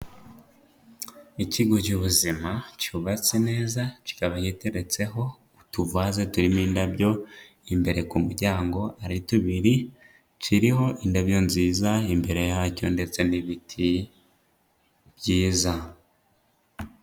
Ikigo cy'ubuzima cyubatse neza kikaba giteretseho utuvaze turimo indabyo imbere ku muryango ari tubiri, kiriho indabyo nziza imbere yacyo ndetse n'ibiti byiza.